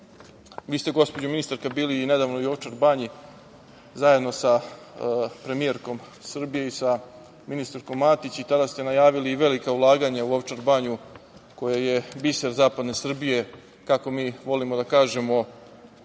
ste, gospođo ministarka, bili nedavno i u Ovčar Banji, zajedno sa premijerkom Srbije i sa ministarkom Matić. Tada ste najavili velika ulaganja u Ovčar Banju, koja je biser zapadne Srbije, kako mi volimo da kažemo,